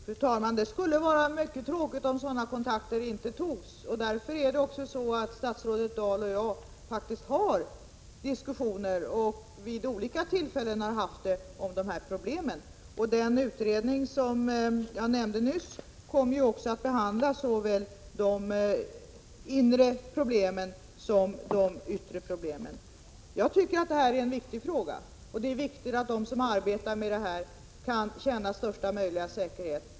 Fru talman! Det skulle vara mycket tråkigt om sådana kontakter inte togs. Därför är det också så att statsrådet Dahl och jag faktiskt har haft diskussioner vid olika tillfällen om dessa problem. Den utredning som jag nämnde nyss kommer ju också att behandla såväl de inre problemen som de yttre. Jag tycker att det här är en viktig fråga och att det är viktigt att de som arbetar med sådant kan känna största möjliga säkerhet.